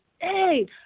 hey